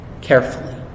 carefully